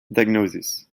diagnosis